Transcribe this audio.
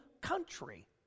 country